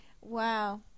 Wow